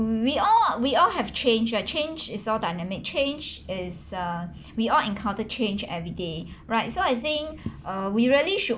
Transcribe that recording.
we all we all have changed ah change is all dynamic change is err we all encounter change every day right so I think uh we really should